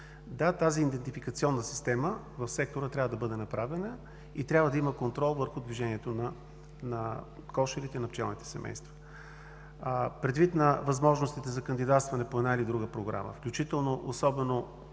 Тази идентификационна система в сектора трябва да бъде направена. Трябва да има контрол върху движението на кошерите и на пчелните семейства. Предвид възможностите за кандидатстване по една или друга програма, бих казал, че